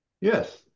Yes